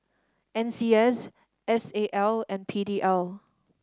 N C S S A L and P D L